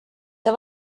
see